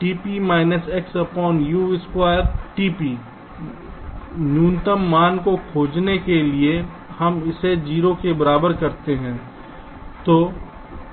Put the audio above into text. tp XU2 tp न्यूनतम मान को खोजने के लिए हम इसे 0 के बराबर करते हैं तो